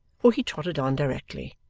for he trotted on directly,